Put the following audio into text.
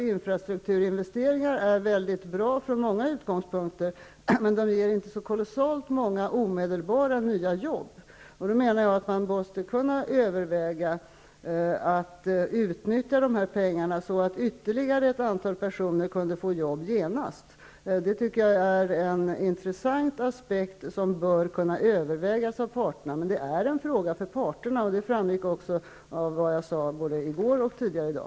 Infrastrukturinvesteringar är väldigt bra från många utgångspunkter, men de ger inte så kolossalt många omedelbara nya jobb. Därför måste man kunna överväga att utnyttja pengarna så, att ytterligare ett antal personer genast kan få jobb. Det är en intressant aspekt som bör kunna övervägas av parterna. Men detta är en fråga för parterna, vilket också framgår av vad jag sade både i går och tidigare i dag.